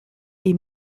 est